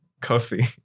coffee